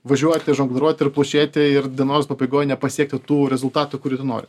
važiuoti žongliruoti ir plušėti ir dienos pabaigoj nepasiekti tų rezultatų kurių tu nori